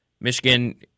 Michigan